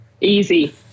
Easy